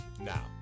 now